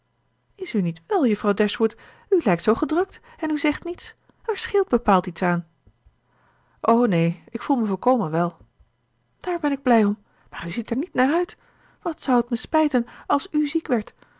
is u niet wel juffrouw dashwood u lijkt zoo gedrukt en u zegt niets er scheelt bepaald iets aan o neen ik voel mij volkomen wèl daar ben ik blij om maar u ziet er niet naar uit wat zou t me spijten als u ziek werdt u